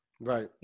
Right